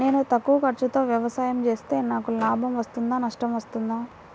నేను తక్కువ ఖర్చుతో వ్యవసాయం చేస్తే నాకు లాభం వస్తుందా నష్టం వస్తుందా?